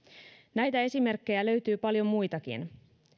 näitä esimerkkejä löytyy paljon muitakin